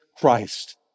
Christ